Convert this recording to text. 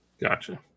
Gotcha